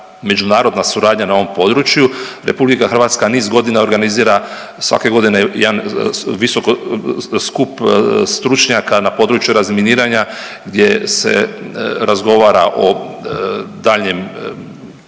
međunarodna suradnja na ovom području. RH niz godina organizira svake godine jedan visoko skup stručnjaka na području razminiranja gdje se razgovara o daljem,